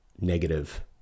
negative